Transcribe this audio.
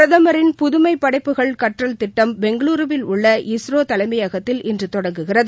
பிரதமரின் புதுமை படைப்புகள் கற்றல் திட்டம் பெங்களூருவில் உள்ள இஸ்ரோ தலைமையகத்தில் இன்று தொடங்குகிறது